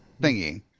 thingy